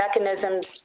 mechanisms